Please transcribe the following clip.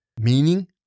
meaning